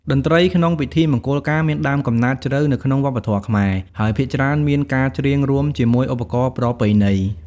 តន្ត្រីក្នុងពិធីមង្គលការមានដើមកំណើតជ្រៅនៅក្នុងវប្បធម៌ខ្មែរ ហើយភាគច្រើនមានការច្រៀងរួមជាមួយឧបករណ៍ប្រពៃណី។